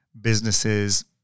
businesses